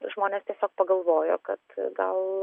žmonės tiesiog pagalvojo kad gal